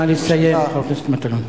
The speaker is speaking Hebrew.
נא לסיים, חבר הכנסת מטלון.